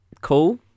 cool